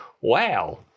wow